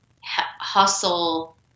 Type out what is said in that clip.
hustle